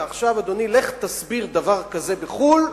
ועכשיו, אדוני, לך תסביר דבר כזה בחו"ל.